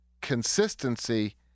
consistency